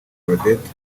claudette